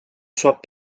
soit